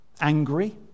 angry